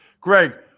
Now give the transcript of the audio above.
Greg